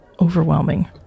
overwhelming